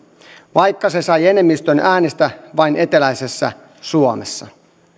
vaikka se sai enemmistön äänistä vain eteläisessä suomessa